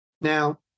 Now